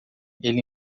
ele